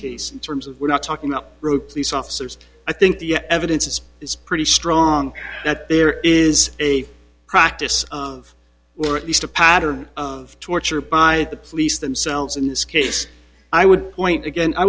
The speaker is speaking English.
case terms of we're not talking about group police officers i think the evidence is it's pretty strong that there is a practice of or at least a pattern of torture by the police themselves in this case i would point again i